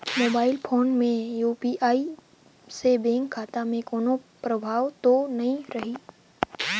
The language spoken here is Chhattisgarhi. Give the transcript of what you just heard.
मोबाइल फोन मे यू.पी.आई से बैंक खाता मे कोनो प्रभाव तो नइ रही?